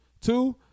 Two